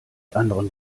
anderen